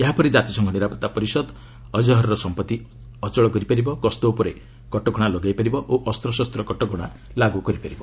ଏହାପରେ ଜାତିସଂଘ ନିରାପତ୍ତା ପରିଷଦ ଅଜ୍ହର୍ର ସମ୍ପତ୍ତି ଅଚଳ କରିପାରିବ ଗସ୍ତ ଉପରେ କଟକଣା ଲଗାଇପାରିବ ଓ ଅସ୍ତ୍ରଶସ୍ତ କଟକଣା ଲଗାଇପାରିବ